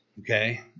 Okay